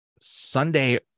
Sunday